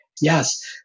Yes